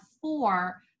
four